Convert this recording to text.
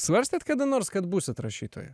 svarstėt kada nors kad būsit rašytoja